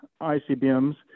ICBMs